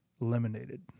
eliminated